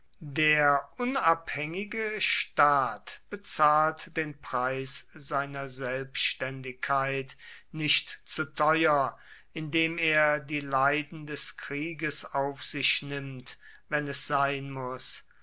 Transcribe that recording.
der unabhängige staat bezahlt den preis seiner selbständigkeit nicht zu teuer indem er die leiden des krieges auf sich nimmt wenn es sein muß